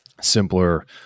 simpler